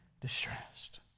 distressed